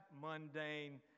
mundane